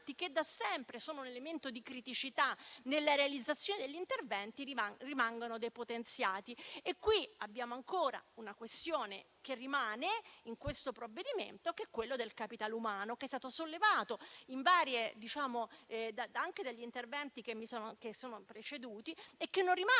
che da sempre sono un elemento di criticità nella realizzazione degli interventi, rimangono depotenziate. Abbiamo ancora una questione che rimane irrisolta in questo provvedimento, che è quella del capitale umano, che è stata sollevata anche negli interventi che mi hanno preceduto, perché se